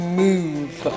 move